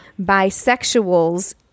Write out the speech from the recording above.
bisexuals